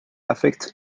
affecte